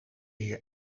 hier